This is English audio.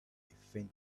faint